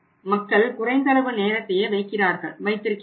மக்கள் குறைந்த அளவு நேரத்தையே வைத்திருக்கிறார்கள்